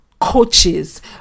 coaches